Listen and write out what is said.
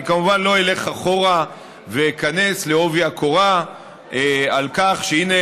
אני כמובן לא אלך אחורה ואיכנס בעובי הקורה על כך שהינה,